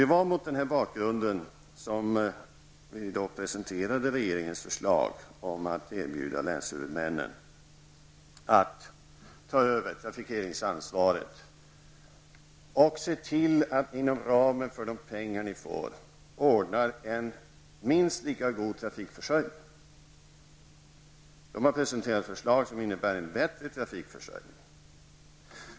Det var mot denna bakgrund som regeringen presenterade sitt förslag om att erbjuda länshuvudmännen att ta över trafikansvaret och se till att inom ramen för tillgängliga medel ordna en minst lika god trafikförsörjning. Länshuvudmännen har presenterat ett förslag som innebär en bättre trafikförsörjning.